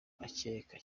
akeka